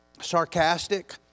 sarcastic